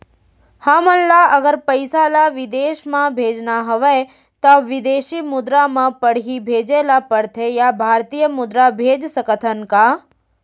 हमन ला अगर पइसा ला विदेश म भेजना हवय त विदेशी मुद्रा म पड़ही भेजे ला पड़थे या भारतीय मुद्रा भेज सकथन का?